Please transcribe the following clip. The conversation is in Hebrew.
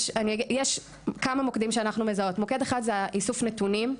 יש כמה מוקדים שאנחנו מזהות: מוקד אחד זה איסוף נתונים,